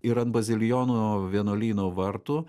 ir ant bazilijonų vienuolyno vartų